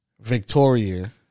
Victoria